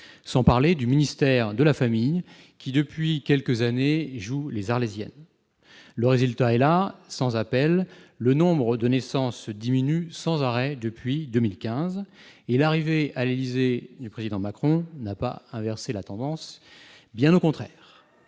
ne parlerai pas du ministère de la famille, qui, depuis quelques années, joue les Arlésiennes. Le résultat est là, sans appel : le nombre de naissances diminue sans cesse depuis 2015, et l'arrivée à l'Élysée du président Macron n'a pas inversé la tendance, bien au contraire